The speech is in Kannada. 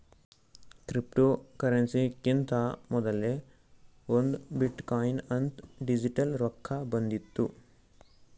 ಕ್ರಿಪ್ಟೋಕರೆನ್ಸಿಕಿಂತಾ ಮೊದಲೇ ಒಂದ್ ಬಿಟ್ ಕೊಯಿನ್ ಅಂತ್ ಡಿಜಿಟಲ್ ರೊಕ್ಕಾ ಬಂದಿತ್ತು